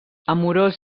amorós